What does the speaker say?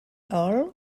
hall